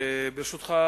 ברשותך,